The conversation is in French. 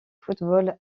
football